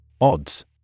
Odds